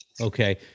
Okay